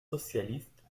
socialistes